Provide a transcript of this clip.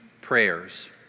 prayers